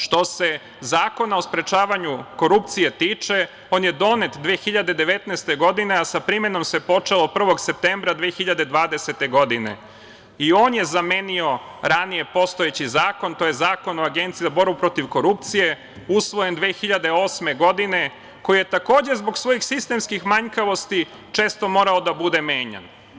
Što se Zakona o sprečavanju korupcije tiče, on je donet 2019. godine, a sa primenom se počelo od 1. septembra 2020. godine i on je zamenio ranije postojeći zakon, tj. Zakon o Agenciji za borbu protiv korupcije, usvojen 2008. godine, koji je, takođe, zbog svojih sistemskih manjkavosti često morao da bude menjan.